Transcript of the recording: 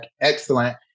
Excellent